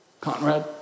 Conrad